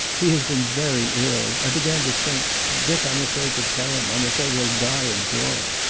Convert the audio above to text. he has been very ill. i began to think dick, i'm afraid to tell him. i'm afraid he'll die of joy.